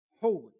Holy